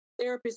therapists